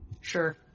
Sure